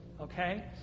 Okay